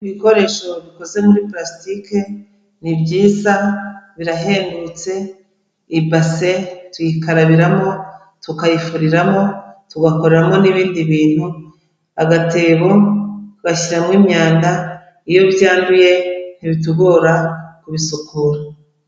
Ibikoresho bikoze muri parasitike ni byiza, birahendutse, ibase tuyikarabiramo, tukayifuriramo, tugakoreramo n'ibindi bintu, agatebo bashyiramo imyanda, iyo byanduye ntibitugora kubisukura.